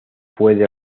puede